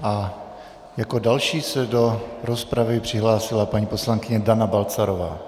A jako další se do rozpravy přihlásila paní poslankyně Dana Balcarová.